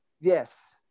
yes